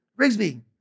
Rigsby